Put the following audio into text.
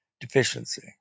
deficiency